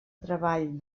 treball